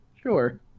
sure